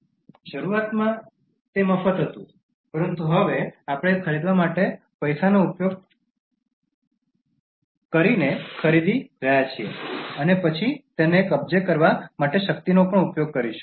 શરૂઆતમાં તે મફત હતું પરંતુ હવે આપણે ખરીદવા માટે પૈસાનો ઉપયોગ કરીને ખરીદી રહ્યા છીએ અને પછી તેને કબજે કરવા માટે શક્તિનો ઉપયોગ કરીશું